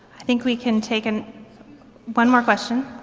think we can take an one more question.